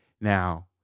Now